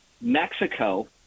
Mexico